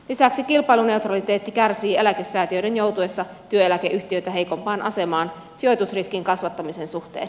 lisäksi kilpailuneutraliteetti kärsii eläkesäätiöiden joutuessa työeläkeyhtiöitä heikompaan asemaan sijoitusriskin kasvattamisen suhteen